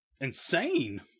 insane